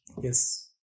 Yes